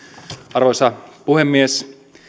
arvoisa puhemies